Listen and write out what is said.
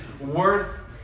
worth